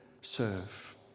serve